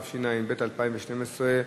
התשע"ב 2012,